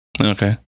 Okay